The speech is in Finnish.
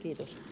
kiitos